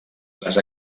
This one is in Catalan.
les